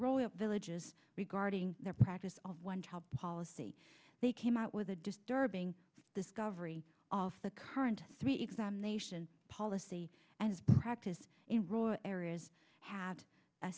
royal villages regarding their practice of one child policy they came out with a disturbing discovery of the current three examination policy and practice in rural areas had a